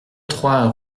trois